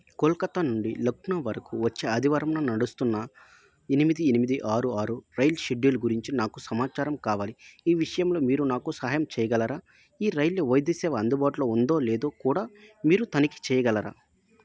కోల్కత్తా నుండి లక్నో వరకు వచ్చే ఆదివారంన నడుస్తున్న ఎనిమిది ఎనిమిది ఆరు ఆరు రైలు షెడ్యూల్ గురించి నాకు సమాచారం కావాలి ఈ విషయంలో మీరు నాకు సహాయం చేయగలరా ఈ రైలులో వైద్య సేవ అందుబాటులో ఉందో లేదో కూడా మీరు తనిఖీ చేయగలరా